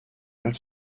als